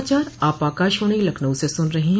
यह समाचार आप आकाशवाणी लखनऊ से सुन रहे हैं